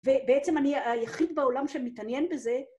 ובעצם אני היחיד בעולם שמתעניין בזה.